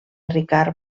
ricard